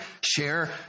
share